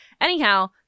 anyhow